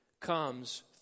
comes